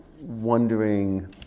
wondering